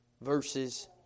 verses